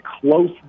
close